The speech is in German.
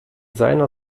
seiner